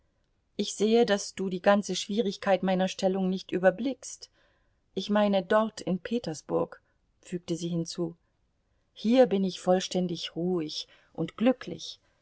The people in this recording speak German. ich sehe daß du die ganze schwierigkeit meiner stellung nicht überblickst ich meine dort in petersburg fügte sie hinzu hier bin ich vollständig ruhig und glücklich